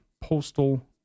postal